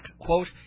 quote